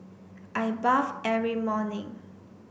I bath every morning